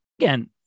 Again